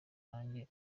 nanjye